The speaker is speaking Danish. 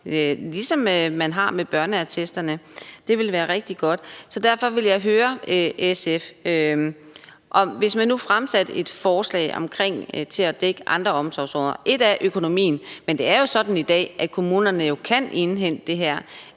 ligesom med børneattesterne. Det ville være rigtig godt. Så derfor vil jeg høre SF: Lad os nu sige, at man fremsatte et forslag om, at det også skal dække andre omsorgsområder. En ting er økonomien, men det er jo sådan i dag, at kommunerne jo kan indhente det her.